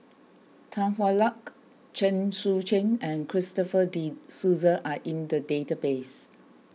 Tan Hwa Luck Chen Sucheng and Christopher De Souza are in the database